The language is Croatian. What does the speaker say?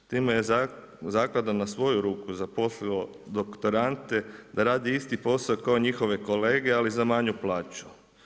Time je zaklada na svoju ruku zaposlila doktorande da rade isti posao kao njihove kolege ali za manju plaću.